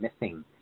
missing